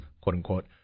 quote-unquote